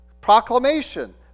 proclamation